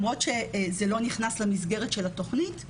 למרות שזה לא נכנס למסגרת של התוכנית,